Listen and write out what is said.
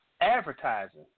advertising